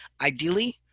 Ideally